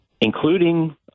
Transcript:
including